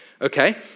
okay